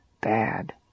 bad